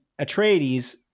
Atreides